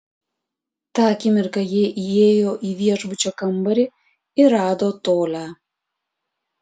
tą akimirką jie įėjo į viešbučio kambarį ir rado tolią